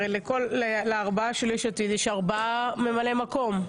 לכל הארבעה של יש עתיד יש ארבעה ממלאי מקום.